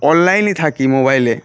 অনলাইনই থাকি মোবাইলে